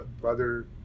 Brother